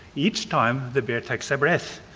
each time the bear takes a breath,